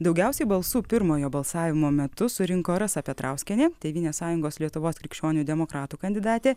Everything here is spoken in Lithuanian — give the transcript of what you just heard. daugiausiai balsų pirmojo balsavimo metu surinko rasa petrauskienė tėvynės sąjungos lietuvos krikščionių demokratų kandidatė